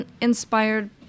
inspired